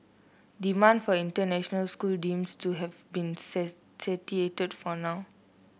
demand for international schools seems to have been satiated for now